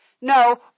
No